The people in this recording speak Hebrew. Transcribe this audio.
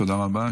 תודה רבה.